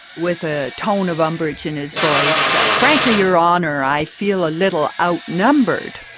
with a tone of umbrage in his voice, frankly, your honour, i feel a little outnumbered.